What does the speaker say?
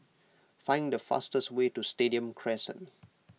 find the fastest way to Stadium Crescent